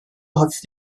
hafif